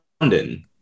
london